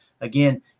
Again